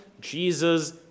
Jesus